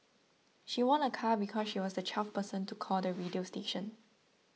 she won a car because she was the twelfth person to call the radio station